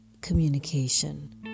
communication